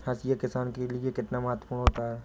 हाशिया किसान के लिए कितना महत्वपूर्ण होता है?